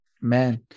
man